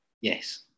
Yes